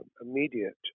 immediate